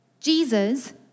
Jesus